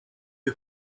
who